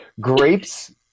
Grapes